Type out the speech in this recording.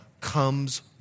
comes